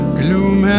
gloom